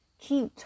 keep